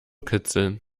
kitzeln